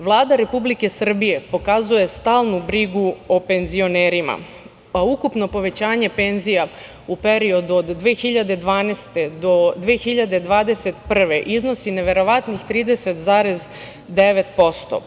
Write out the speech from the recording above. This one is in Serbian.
Vlada Republike Srbije pokazuje stalnu brigu o penzionerima, pa ukupno povećanje penzija u periodu od 2012. do 2021. iznosi neverovatnih 30,9%